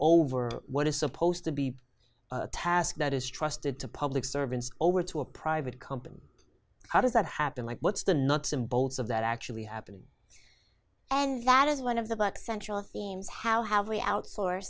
over what is supposed to be a task that is trusted to public servants over to a private company how does that happen like what's the nuts and bolts of that actually happening and that is one of the book central themes how have we outsource